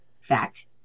Fact